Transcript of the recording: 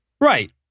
Right